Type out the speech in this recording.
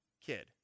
kid